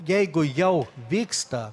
jeigu jau vyksta